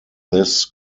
this